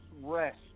rest